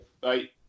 Bye